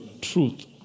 Truth